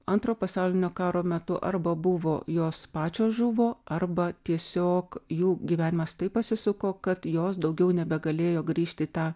antro pasaulinio karo metu arba buvo jos pačios žuvo arba tiesiog jų gyvenimas taip pasisuko kad jos daugiau nebegalėjo grįžti į tą